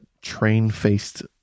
train-faced